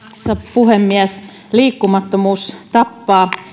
puhemies liikkumattomuus tappaa